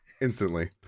instantly